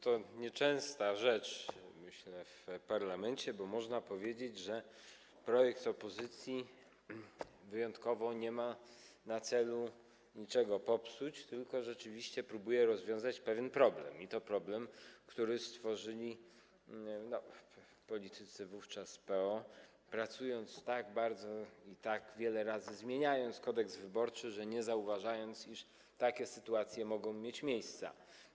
To nieczęsta rzecz, myślę, w parlamencie, bo można powiedzieć, że projekt opozycji wyjątkowo nie ma na celu niczego popsuć, tylko rzeczywiście próbuje rozwiązać pewien problem, i to problem, który stworzyli wówczas politycy PO - pracując tak bardzo i tak wiele razy zmieniając Kodeks wyborczy, nie zauważyli, iż takie sytuacje mogą mieć miejsce.